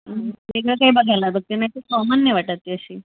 वेगळं काही बघायला बघतांना ते कॉमन नाही वाटत ती अशी